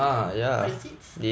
for the seats